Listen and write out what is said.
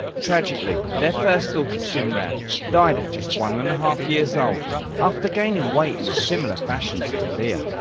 tragically their first daughter simran died at just one and a half years old after gaining weight in a similar fashion to aliya.